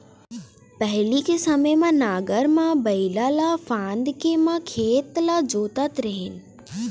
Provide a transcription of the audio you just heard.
पहिली के समे म नांगर म बइला ल फांद के म खेत ल जोतत रेहेन